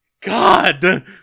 God